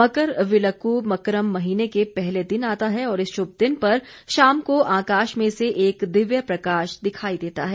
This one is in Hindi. मकरविल्लक मकरम महीने के पहले दिन आता है और इस श्भ दिन पर शाम को आकाश में से एक दिव्य प्रकाश दिखाई देता है